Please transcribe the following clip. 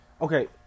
okay